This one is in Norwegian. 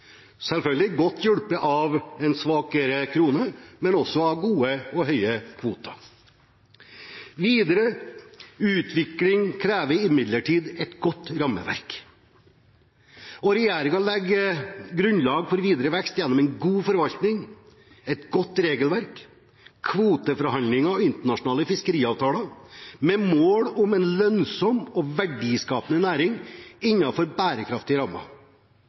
selvfølgelig godt hjulpet av en svakere krone, men også av gode og høye kvoter. Videre utvikling krever imidlertid et godt rammeverk, og regjeringen legger grunnlaget for videre vekst gjennom en god forvaltning, et godt regelverk, kvoteforhandlinger og internasjonale fiskeriavtaler med mål om en lønnsom og verdiskapende næring innenfor bærekraftige rammer.